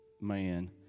man